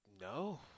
No